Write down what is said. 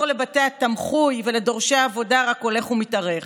לבתי התמחוי ודורשי העבודה רק הולך ומתארך.